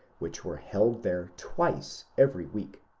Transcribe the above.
which were held there twice every week.